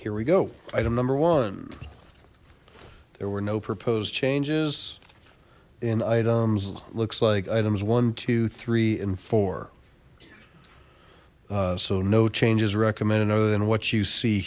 here we go item number one there were no proposed changes in items looks like items one two three and four so no changes recommended other than what you see